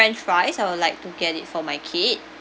french fries I would like to get it for my kid